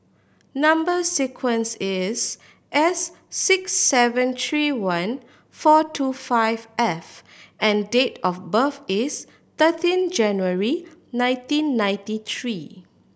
number sequence is S six seven three one four two five F and date of birth is thirteen January nineteen ninety three